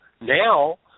now